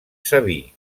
sabí